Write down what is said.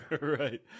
Right